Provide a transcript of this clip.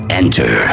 enter